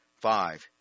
five